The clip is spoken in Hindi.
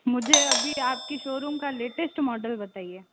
मुझे अभी आपकी शोरूम का लेटेस्ट मॉडल बताइए